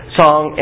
song